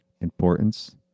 importance